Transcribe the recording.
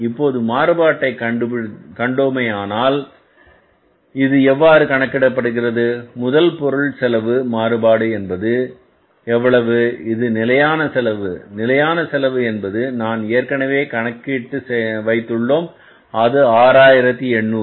இப்போது மாறுபாட்டை கண்டோமே ஆனால் இது எவ்வாறு கணக்கிடப்படுகிறது முதலில் பொருள் செலவு மாறுபாடு என்பது எவ்வளவு இது நிலையான செலவு நிலையான செலவு என்பது நான் ஏற்கனவே கணக்கிட்டு வைத்துள்ளோம் அது 6800